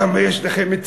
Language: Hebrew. כמה צעירים יש לכם.